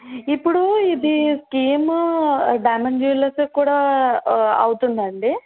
ఇప్పుడు ఇది scheme diamond jewelleries కూడా అవుతుందా అండి